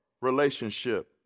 relationship